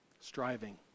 Striving